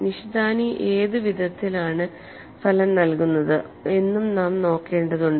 നിഷിതാനി ഏത് വിധത്തിലാണ് ഫലം നൽകുന്നത് എന്നും നാം നോക്കേണ്ടതുണ്ട്